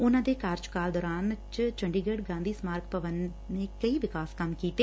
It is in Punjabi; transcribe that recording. ਉਨ੍ਪਾਂ ਦੇ ਕਾਰਜਕਾਲ ਦੌਰਾਨ ਚ ਚੰਡੀਗੜ ਗਾਧੀ ਸਮਾਰਕ ਭਵਨ ਨੇ ਕਈ ਵਿਕਾਸ ਕੰਮ ਕੀਤੇ